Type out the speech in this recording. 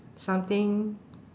something